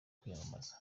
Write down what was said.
kwiyamamaza